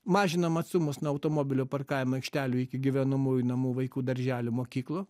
mažinam atstumus nuo automobilio parkavimo aikštelių iki gyvenamųjų namų vaikų darželių mokyklų